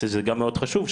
שזה גם מאוד חשוב,